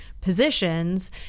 positions